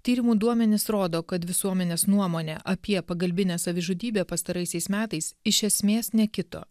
tyrimų duomenys rodo kad visuomenės nuomonė apie pagalbinę savižudybę pastaraisiais metais iš esmės nekito